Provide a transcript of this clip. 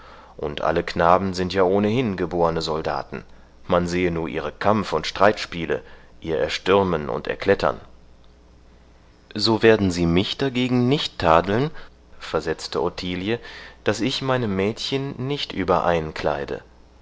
und alle knaben sind ja ohnehin geborne soldaten man sehe nur ihre kampf und streitspiele ihr erstürmen und erklettern so werden sie mich dagegen nicht tadeln versetzte ottilie daß ich meine mädchen nicht überein kleide